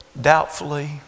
doubtfully